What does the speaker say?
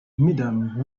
mesdames